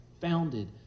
founded